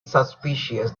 suspicious